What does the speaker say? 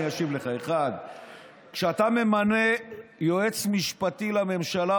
אני אשיב לך: 1. כשאתה ממנה יועץ משפטי לממשלה,